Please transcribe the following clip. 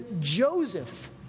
Joseph